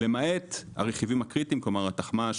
למעט הרכיבים הקריטיים; כלומר התחמ"ש,